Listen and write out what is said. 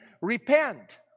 repent